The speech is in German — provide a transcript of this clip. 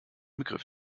begriff